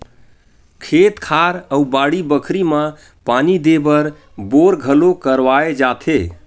खेत खार अउ बाड़ी बखरी म पानी देय बर बोर घलोक करवाए जाथे